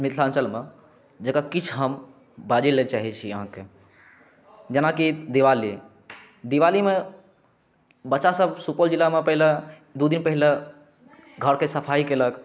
मिथिलाञ्चलमे जकर किछु हम बाजै लए चाहै छी अहाँके जेनाकि दिवाली दिवालीमे बच्चा सब सुपौल जिलामे पहिले दू दिन पहिले घरके सफाइ केलक